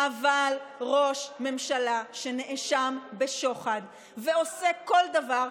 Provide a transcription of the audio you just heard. אבל ראש ממשלה שנאשם בשוחד ועושה כל דבר,